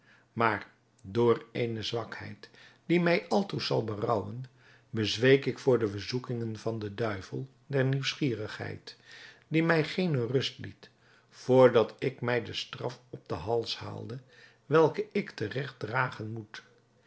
maar door eene zwakheid die mij altoos zal berouwen bezweek ik voor de verzoekingen van den duivel der nieuwsgierigheid die mij geene rust liet vr dat ik mij de straf op den hals haalde welke ik te regt dragen moet